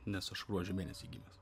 nes aš gruodžio mėnesį gimęs